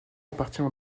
appartient